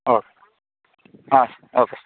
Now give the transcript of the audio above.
okay ಹಾಂ sir okay sir